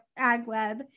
AgWeb